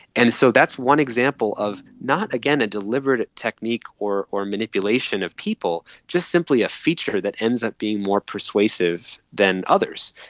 and so that's one example of not again a deliberate technique or a manipulation of people, just simply a feature that ends up being more persuasive than others.